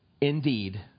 indeed